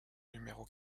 numéro